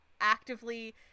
actively